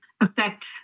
affect